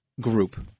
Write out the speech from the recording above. group